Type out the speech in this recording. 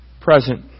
present